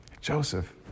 Joseph